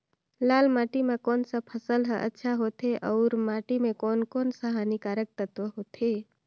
लाल माटी मां कोन सा फसल ह अच्छा होथे अउर माटी म कोन कोन स हानिकारक तत्व होथे?